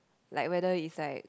like whether it's like